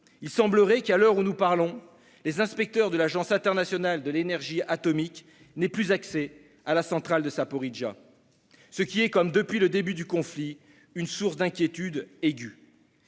Il semblerait qu'à l'heure où nous parlons, les inspecteurs de l'Agence internationale de l'énergie atomique n'aient plus accès à la centrale de Zaporijia, ce qui est, comme depuis le début du conflit, une source d'inquiétude aiguë.